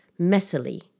messily